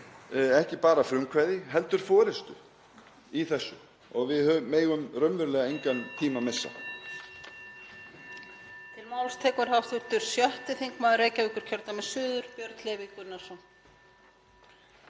ekki bara frumkvæði heldur forystu í þessu. Við megum raunverulega engan tíma missa.